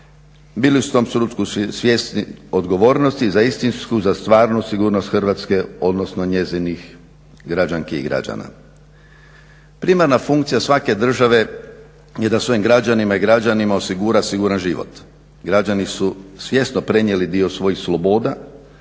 Bili su u tom trenutku svjesni odgovornosti za istinsku, za stvarnu sigurnost Hrvatske, odnosno njezinih građanki i građana. Primarna funkcija svake države je da svojim građanima i građankama osigura siguran život. Građani su svjesno prenijeli dio svojih sloboda